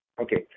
Okay